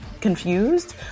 confused